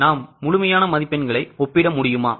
நாம் முழுமையான மதிப்பெண்களை ஒப்பிட முடியுமா